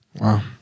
Wow